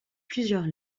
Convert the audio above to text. plusieurs